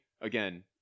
again